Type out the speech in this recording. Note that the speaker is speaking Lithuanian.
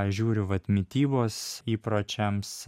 žiūriu vat mitybos įpročiams